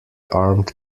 armed